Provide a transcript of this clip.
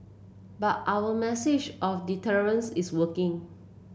but our message of deterrence is working